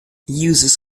users